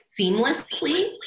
seamlessly